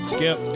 Skip